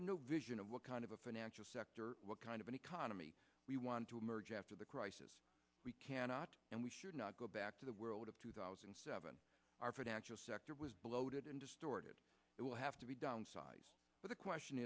have no vision of what kind of a financial sector what kind of an economy we want to emerge after the crisis cannot and we should not go back to the world of two thousand and seven our financial sector was bloated and distorted it will have to be downsized but the question